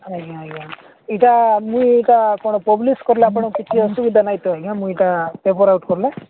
ଆଜ୍ଞା ଆଜ୍ଞା ଇଟା ମୁଇଁ ଏଇଟା କ'ଣ ପବ୍ଲିସ୍ କଲେ ଆପଣଙ୍କ କିଛି ଅସୁବିଧା ନାଇଁ ତ ଆଜ୍ଞା ମୁ ଇଟା ପେପର ଆଉଟ୍ କଲେ